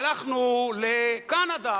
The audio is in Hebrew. הלכנו לקנדה,